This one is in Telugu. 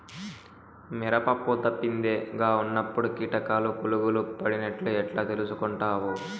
మిరప పూత పిందె గా ఉన్నప్పుడు కీటకాలు పులుగులు పడినట్లు ఎట్లా తెలుసుకుంటావు?